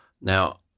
Now